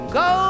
go